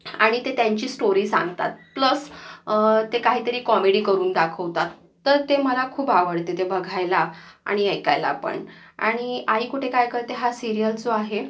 आणि ते त्यांची स्टोरी सांगतात प्लस ते काहीतरी कॉमेडी करून दाखवतात तर ते मला खूप आवडते ते बघायला आणि ऐकायलापण आणि आई कुठे काय करते हा सिरीयल जो आहे